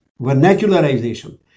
vernacularization